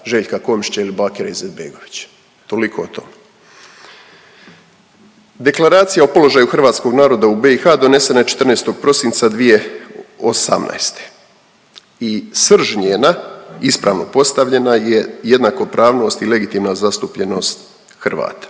Željka Komšića ili Bakira Izetbegovića. Toliko o tome. Deklaracija o položaju hrvatskog naroda u BiH donesena je 14. prosinca 2018. i srž njena ispravno postavljena je jednakopravnost i legitimna zastupljenost Hrvata.